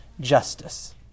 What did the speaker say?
justice